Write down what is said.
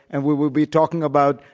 and we will be talking about,